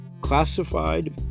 Classified